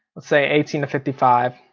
let's say eighteen to fifty five.